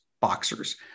boxers